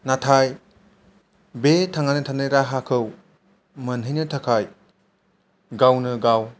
नाथाय बे थांनानै थानाय राहाखौ मोनहैनो थाखाय गावनो गाव